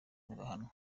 bagahanwa